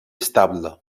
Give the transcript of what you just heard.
estable